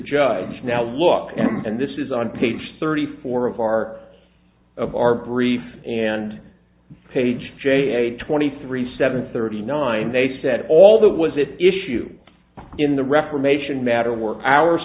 judge now look and this is on page thirty four of our of our brief and page j and twenty three seven thirty nine they said all that was it issued in the reformation matter work our